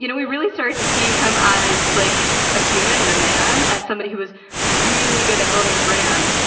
you know we really started to see him as like a human and a man as somebody who was really good at building a brand.